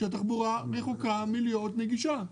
שהתחבורה רחוקה מלהיות נגישה.